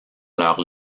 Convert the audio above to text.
leurs